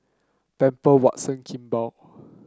Pamper Watson Kimball